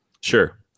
Sure